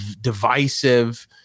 divisive